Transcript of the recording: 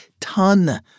ton